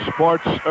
Sports